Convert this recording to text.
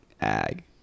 ag